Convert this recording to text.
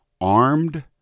armed